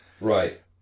right